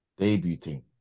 debuting